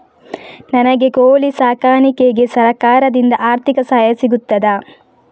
ನನಗೆ ಕೋಳಿ ಸಾಕಾಣಿಕೆಗೆ ಸರಕಾರದಿಂದ ಆರ್ಥಿಕ ಸಹಾಯ ಸಿಗುತ್ತದಾ?